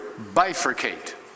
bifurcate